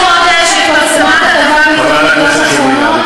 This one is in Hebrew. לפני חודש התפרסמה כתבה בעיתון "ידיעות אחרונות" חברת הכנסת שולי מועלם,